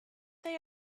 they